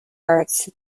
arts